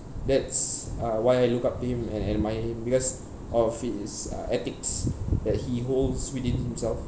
that's uh why I look to him and and admire him because of his uh ethics that he holds within himself